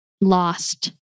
lost